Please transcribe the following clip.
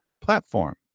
platform